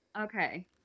Okay